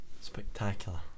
Spectacular